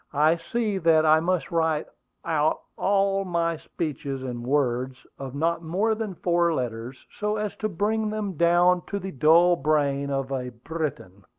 i see that i must write out all my speeches in words of not more than four letters, so as to bring them down to the dull brain of a briton.